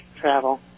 travel